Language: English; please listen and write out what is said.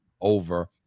over